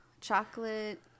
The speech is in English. chocolate